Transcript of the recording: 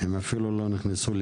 הם אפילו לא נרשמו.